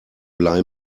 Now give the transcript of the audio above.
blei